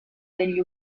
degli